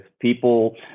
people